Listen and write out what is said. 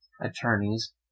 attorneys